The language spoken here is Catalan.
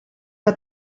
que